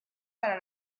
para